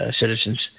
citizens